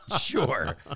sure